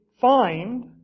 find